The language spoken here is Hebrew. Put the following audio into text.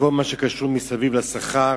לכל מה שקשור לשכר.